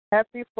Happy